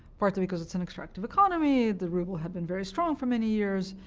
partly because it's an extractive economy. the ruble had been very strong for many years.